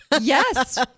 Yes